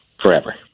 forever